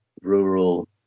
rural